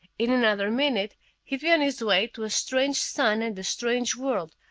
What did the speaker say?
in another minute he'd be on his way to a strange sun and a strange world,